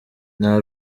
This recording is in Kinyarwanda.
nta